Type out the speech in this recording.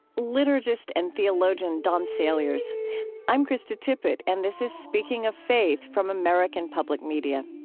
liturgist and theologian don saliers i'm krista tippett, and this is speaking of faith from american public media.